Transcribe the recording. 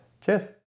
Cheers